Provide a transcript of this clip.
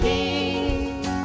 King